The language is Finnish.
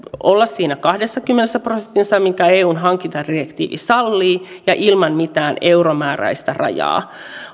olla siinä kahdessakymmenessä prosentissa minkä eun hankintadirektiivi sallii ja ilman mitään euromääräistä rajaa